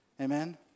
Amen